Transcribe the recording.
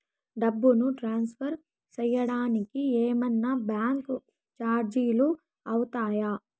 డబ్బును ట్రాన్స్ఫర్ సేయడానికి ఏమన్నా బ్యాంకు చార్జీలు అవుతాయా?